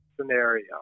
scenario